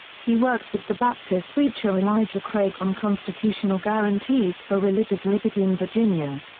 he worked with the baptist preacher elijah craig on constitutional guarantees for religious liberty in virginia.